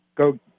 go